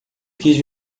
quis